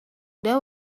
they